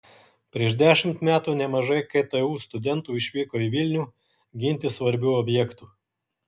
prieš dešimt metų nemažai ktu studentų išvyko į vilnių ginti svarbių objektų